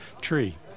tree